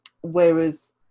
Whereas